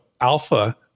alpha